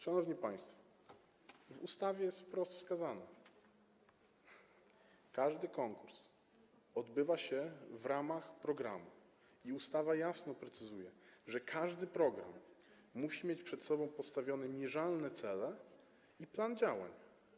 Szanowni państwo, w ustawie jest wprost wskazane, że każdy konkurs odbywa się w ramach programu, i ustawa jasno precyzuje, że każdy program musi mieć nakreślone mierzalne cele i plan działań.